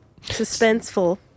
suspenseful